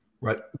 Right